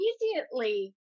immediately